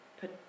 put